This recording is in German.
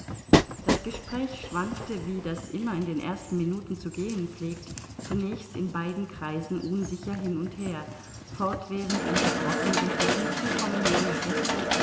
das gespräch schwankte wie das immer in den ersten minuten zu gehen pflegt zunächst in beiden kreisen unsicher hin und her fortwährend unterbrochen durch das hinzukommen neuer gäste